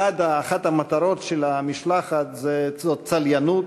אחת המטרות של המשלחת היא צליינות,